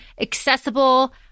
accessible